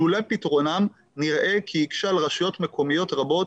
לולא פתרונם נראה כי יקשה על רשויות מקומיות רבות